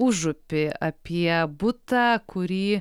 užupį apie butą kurį